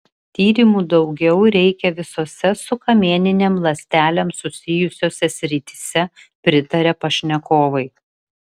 tyrimų daugiau reikia visose su kamieninėm ląstelėm susijusiose srityse pritaria pašnekovai